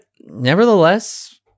nevertheless